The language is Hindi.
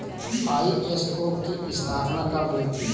आई.एस.ओ की स्थापना कब हुई थी?